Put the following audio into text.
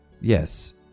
Yes